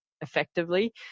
effectively